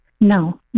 No